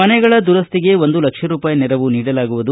ಮನೆಗಳ ದುರಸ್ತಿಗೆ ಒಂದು ಲಕ್ಷ ರೂಪಾಯಿ ನೆರವು ನೀಡಲಾಗುವುದು